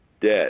dead